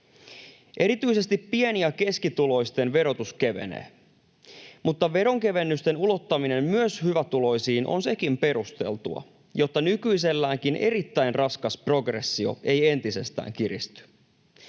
Erityisesti pieni- ja keskituloisten verotus kevenee, mutta veronkevennysten ulottaminen myös hyvätuloisiin on sekin perusteltua, jotta nykyiselläänkin erittäin raskas progressio ei entisestään kiristy.